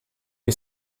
che